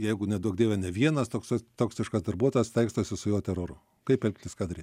jeigu neduok dieve ne vienas toks toksiškas darbuotojas taikstosi su jo teroru kaip elgtis ka daryt